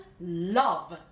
love